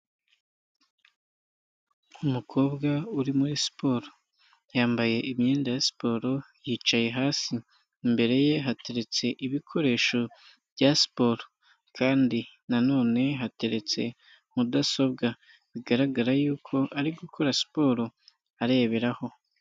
Umukobwa uri muri siporo, yambaye imyenda ya siporo yicaye hasi. Imbere ye hateretse ibikoresho bya siporo. Kandi nanone hateretse mudasobwa bigaragara yuko ari gukora siporo areberaho.